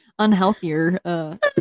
unhealthier